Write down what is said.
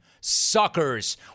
Suckers